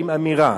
האם אמירה?